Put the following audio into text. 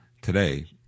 Today